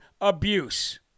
abuse